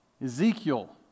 Ezekiel